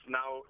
now